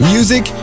Music